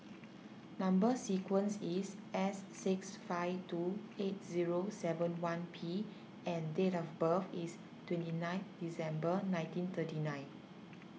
Number Sequence is S six five two eight zero seven one P and date of birth is twenty nine December nineteen thirty nine